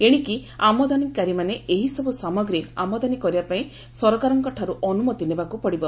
ଏଣିକି ଆମଦାନୀକାରୀ ମାନେ ଏହିସବୁ ସାମଗ୍ରୀ ଆମଦାନୀ କରିବା ପାଇଁ ସରକାରଙ୍କଠାରୁ ଅନୁମତି ନେବାକୁ ପଡିବ